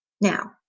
Now